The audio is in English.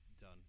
done